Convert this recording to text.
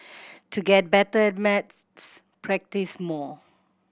to get better at maths practise more